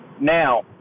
Now